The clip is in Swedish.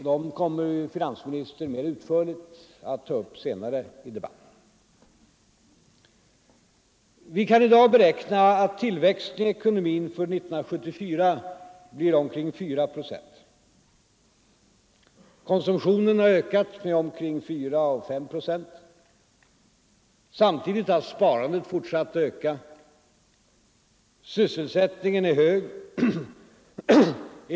Dem kommer finansministern mer utförligt att ta upp senare i debatten. Vi kan i dag beräkna att tillväxten i ekonomin för 1974 blir omkring 4 procent. Konsumtionen har ökat med mellan 4 och 5 procent. Samtidigt har sparandet fortsatt att öka. Sysselsättningen är hög.